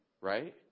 right